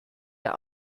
der